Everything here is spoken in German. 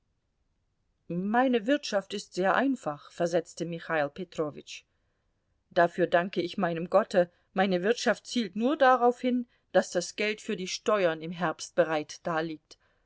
meine wirtschaft ist sehr einfach versetzte michail petrowitsch dafür danke ich meinem gotte meine wirtschaft zielt nur darauf hin daß das geld für die steuern im herbst bereit daliegt